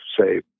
say